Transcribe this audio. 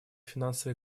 финансово